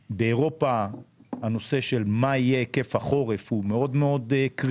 באירופה הנושא של מה יהיה היקף החורף הוא מאוד קריטי,